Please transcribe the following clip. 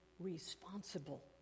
responsible